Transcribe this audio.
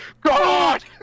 God